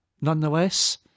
Nonetheless